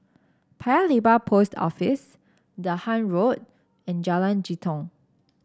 Paya Lebar Post Office Dahan Road and Jalan Jitong